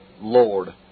Lord